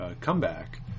comeback